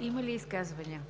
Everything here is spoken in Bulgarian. Има ли изказвания?